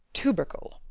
tubercle.